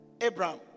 Abraham